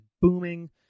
booming